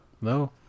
No